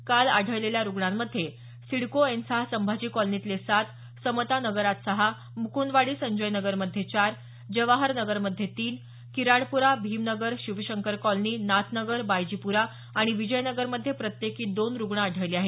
काल आढळलेल्या रुग्णांमध्ये सिडको एन सहा संभाजी कॉलनीतले सात समता नगरात सहा मुकुंदवाडी संजय नगरमध्ये चार जवाहर नगरमध्ये तीन किराडप्रा भीमनगर शिवशंकर कॉलनी नाथनगर बायजीपुरा आणि विजय नगरमध्ये प्रत्येकी दोन रुग्ण आढळले आहेत